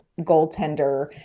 goaltender